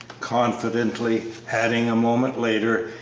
confidently, adding a moment later,